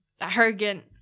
arrogant